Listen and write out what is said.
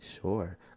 sure